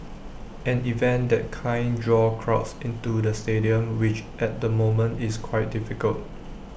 an event that kind draw crowds into the stadium which at the moment is quite difficult